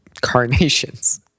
Carnations